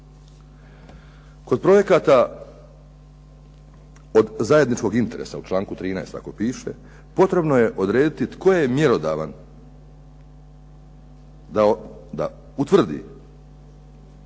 Kod projekata od zajedničkog interesa, u članku 13. tako piše, potrebno je odrediti tko je mjerodavan da utvrdi